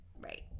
right